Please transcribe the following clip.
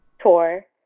tour